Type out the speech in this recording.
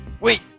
wait